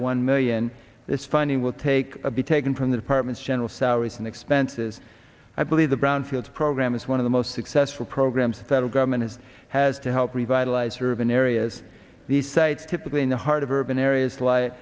one million this funding will take a be taken the department's general salaries and expenses i believe the brownfields program is one of the most successful programs federal government is has to help revitalize urban areas these sites typically in the heart of urban areas